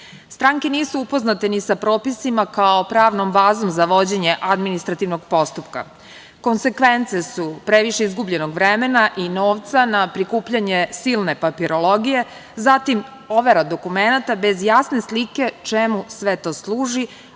Stranke nisu upoznate ni sa propisima kao pravnom bazom za vođenje administrativnog postupka. Konsekvence su previše izgubljenog vremena i novca na prikupljanje silne papirologije, zatim overa dokumenata bez jasne slike čemu sve to služi,